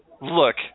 Look